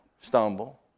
stumble